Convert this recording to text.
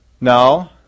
No